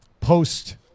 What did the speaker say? post